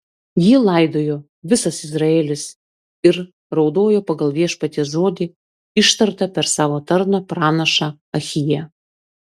jį laidojo visas izraelis ir raudojo pagal viešpaties žodį ištartą per savo tarną pranašą ahiją